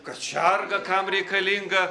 kačiarga kam reikalinga